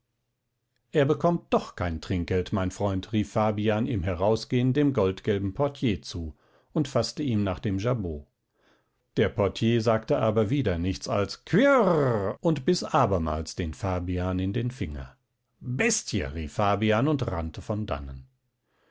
er bekommt doch kein trinkgeld mein freund rief fabian im herausgehen dem goldgelben portier zu und faßte ihm nach dem jabot der portier sagte aber wieder nichts als quirrr und biß abermals den fabian in den finger bestie rief fabian und rannte von dannen